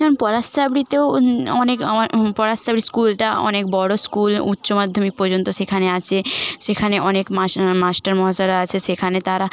যেমন পলাশচাবড়ীতেও অনেক পলাশচাবড়ী স্কুলটা অনেক বড়ো স্কুল উচ্চ মাধ্যমিক পর্যন্ত সেখানে আছে সেখানে অনেক মাস্টার মাস্টার মশাইরা আছে সেখানে তাঁরা